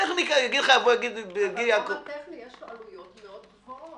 יש עלויות מאוד גבוהות.